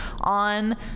on